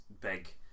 big